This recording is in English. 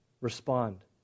respond